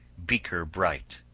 beaker bright.